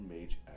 Mage